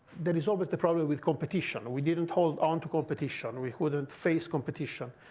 there is always the problem with competition. we didn't hold onto competition. we couldn't face competition.